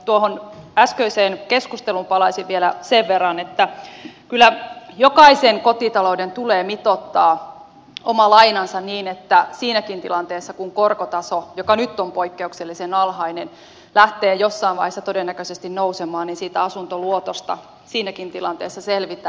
tuohon äskeiseen keskusteluun palaisin vielä sen verran että kyllä jokaisen kotitalouden tulee mitoittaa oma lainansa niin että siinäkin tilanteessa kun korkotaso joka nyt on poikkeuksellisen alhainen lähtee jossain vaiheessa todennäköisesti nousemaan niin siitä asuntoluotosta siinäkin tilanteessa selvitään